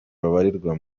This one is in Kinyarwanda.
babarirwa